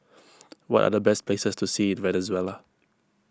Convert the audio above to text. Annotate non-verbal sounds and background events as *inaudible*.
*noise* what are the best places to see in Venezuela